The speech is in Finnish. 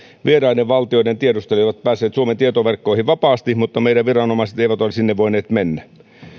vieraiden valtioiden tiedustelijat ovat päässeet suomen tietoverkkoihin vapaasti mutta meidän viranomaisemme eivät ole sinne voineet mennä